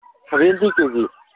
seventy ꯀꯦꯖꯤ